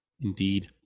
Indeed